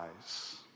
eyes